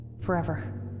forever